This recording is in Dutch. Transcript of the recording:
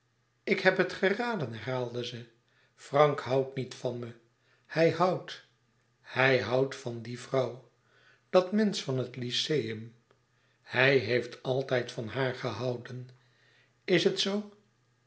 ik heb het geraden herhaalde ze frank houdt niet van me hij houdt hij houdt van die vrouw dat mensch van het lyceum hij heeft altijd van haar gehouden is het zoo